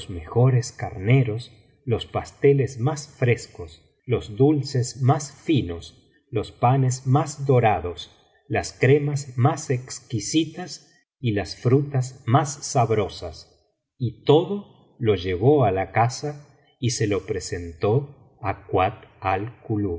mejores carneros los pasteles más frescos los dulces más finos los panes más dorados las cremas más exquisitas y las frutas más sabrosas y todo lo llevó á la casa y se lo presentó á kuat